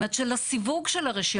זאת אומרת שלסיווג של הרשימה,